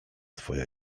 twoja